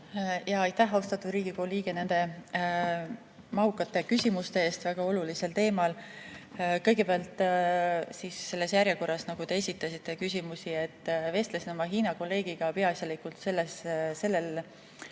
Aitäh, austatud Riigikogu liige, nende mahukate küsimuste eest väga olulisel teemal! Kõigepealt siis selles järjekorras, nagu te küsimusi esitasite. Vestlesin oma Hiina kolleegiga peaasjalikult sellel